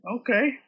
Okay